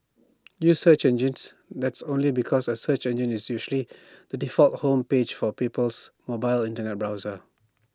use search engines that's only because A search engine is usually the default home page for people's mobile Internet browser